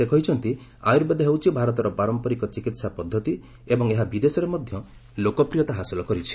ସେ କହିଛନ୍ତି ଆୟୁର୍ବେଦ ହେଉଛି ଭାରତର ପାରମ୍ପରିକ ଚିକିତ୍ସା ପଦ୍ଦତି ଏବଂ ଏହା ବିଦେଶରେ ମଧ୍ୟ ଲୋକପ୍ରିୟତା ହାସଲ କରିଛି